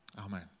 Amen